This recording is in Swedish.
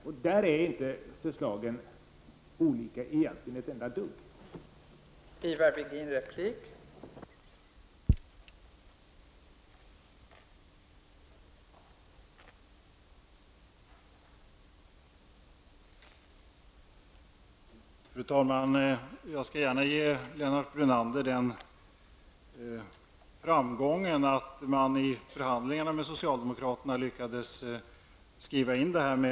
I fråga om detta är förslagen egentligen inte ett enda dugg olika.